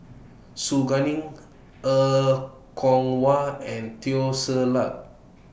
Su Guaning Er Kwong Wah and Teo Ser Luck